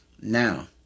Now